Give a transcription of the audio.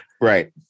right